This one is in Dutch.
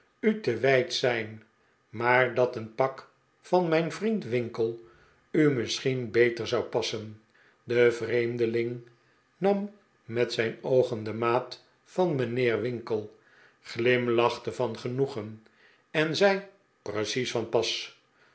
u te wijd zijn maar dat een pak van mijn vriend winkle u misschien beter zou passen de vreemdeling nam met zijn oogen de maat van mijnheer winkle glimlachte van genoegen en zei precies van pas